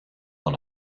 dans